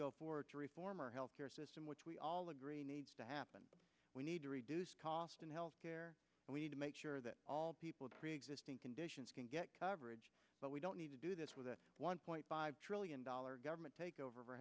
go forward to reform our health care system which we all agree happen we need to reduce cost in health care we need to make sure that all people of preexisting conditions can get coverage but we don't need to do this with a one point five trillion dollar government takeover